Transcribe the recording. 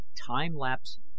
time-lapse